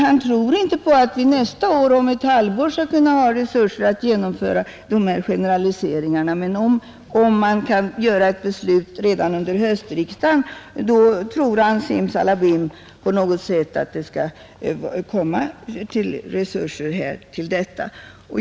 Han tror inte på att vi nästa år — om ett år — skall kunna ha resurser att genomföra de här liberaliseringarna, men om man kan fatta ett beslut under höstriksdagen tror han att det simsalabim på något sätt skall komma fram resurser.